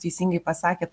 teisingai pasakėt